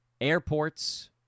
airports